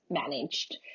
managed